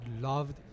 loved